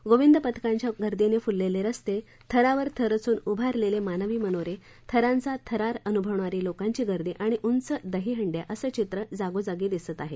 गोविंदा पथकांच्या गर्दीनं फुललेले रस्ते थरावर थर रचून उभारलेले मानवी मनोरे थरांचा थरार अनुभवणारी लोकांची गर्दी आणि उंच दहिहंड्या असं चित्र जागोजागी दिसत आहे